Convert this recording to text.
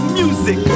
music